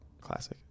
Classic